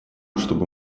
чтобы